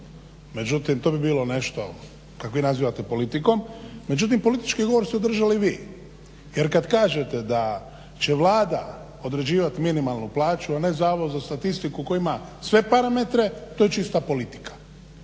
Međutim to bi bilo nešto kako vi nazivate politikom. Međutim politički govor ste održali vi jer kad kažete da će Vlada određivati minimalnu plaću a ne Zavod za statistiku koji ima sve parametre, to je čista politika.